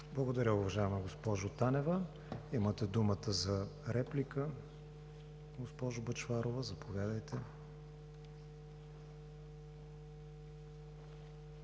Благодаря, уважаема госпожо Танева. Имате думата за реплика, госпожо Бъчварова. Заповядайте.